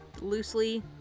loosely